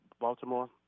Baltimore